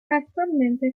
actualmente